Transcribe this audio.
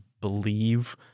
believe